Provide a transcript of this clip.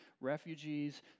refugees